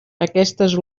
aquestes